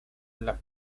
las